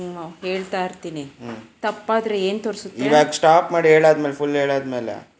ಜಾಸ್ತಿ ಮಳಿ ಆದ್ರ ಯಾವ ಬೆಳಿ ಹಾಕಬೇಕು?